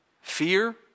fear